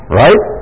right